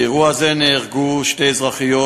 באירוע זה נהרגו שתי אזרחיות,